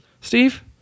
Steve